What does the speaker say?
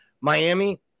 Miami